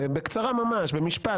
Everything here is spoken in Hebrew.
בקצרה ממש, במשפט.